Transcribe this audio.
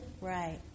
Right